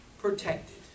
protected